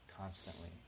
constantly